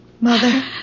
Mother